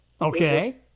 Okay